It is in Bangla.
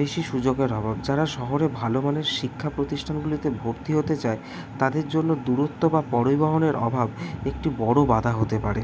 বেশি সুযোগের অভাব যারা শহরে ভালো মানুষ শিক্ষা প্রতিষ্ঠানগুলিতে ভর্তি হতে চায় তাদের জন্য দূরত্ব বা পরিবহনের অভাব একটি বড়ো বাঁধা হতে পারে